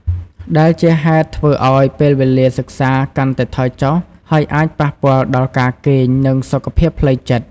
ដែលជាហេតុធ្វើឱ្យពេលវេលាសិក្សាកាន់តែថយចុះ ហើយអាចប៉ះពាល់ដល់ការគេង និងសុខភាពផ្លូវចិត្ត។